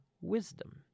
wisdom